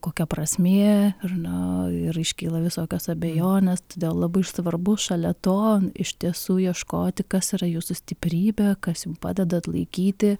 kokia prasmė ir na ir iškyla visokios abejonės todėl labai svarbu šalia to iš tiesų ieškoti kas yra jūsų stiprybė kas jum padeda atlaikyti